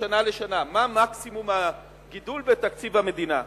משנה לשנה, מה מקסימום הגידול בתקציב המדינה.